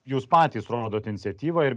jūs patys rodot iniciatyvą ir